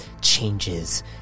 changes